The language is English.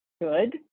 good